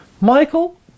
Michael